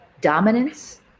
dominance